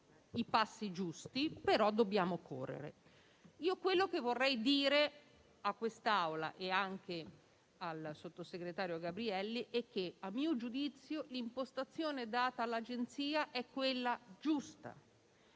i passi giusti, ma dobbiamo correre. Quello che vorrei dire a quest'Assemblea e anche al sottosegretario Gabrielli è che - a mio giudizio - l'impostazione data all'Agenzia è quella giusta,